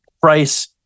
Price